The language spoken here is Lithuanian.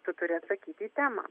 tu turi atsakyti į temą